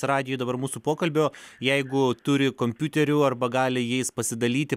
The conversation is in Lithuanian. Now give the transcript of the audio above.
radijuj dabar mūsų pokalbio jeigu turi kompiuterių arba gali jais pasidalyti